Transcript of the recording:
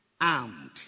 armed